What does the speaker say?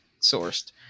sourced